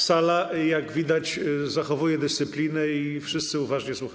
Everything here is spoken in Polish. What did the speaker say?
Sala, jak widać, zachowuje dyscyplinę i wszyscy uważnie słuchają.